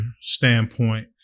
standpoint